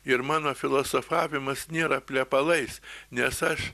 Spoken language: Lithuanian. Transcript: ir mano filosofavimas nėra plepalais nes aš